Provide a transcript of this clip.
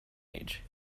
age